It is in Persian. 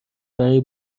برای